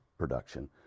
production